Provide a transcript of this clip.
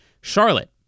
Charlotte